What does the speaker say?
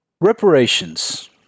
reparations